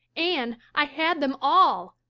anne, i had them all.